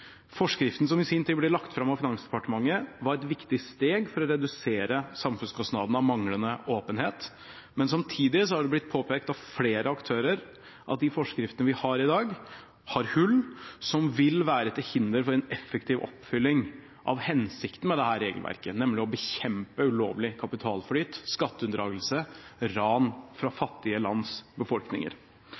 Forskriften som i sin tid ble lagt fram av Finansdepartementet, var et viktig steg for å redusere samfunnskostnadene ved manglende åpenhet. Men samtidig er det blitt påpekt av flere aktører at de forskriftene vi har i dag, har hull som vil være til hinder for en effektiv oppfylling av hensikten med dette regelverket, nemlig å bekjempe ulovlig kapitalflyt, skatteunndragelse, ran fra fattige lands befolkninger.